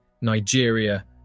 Nigeria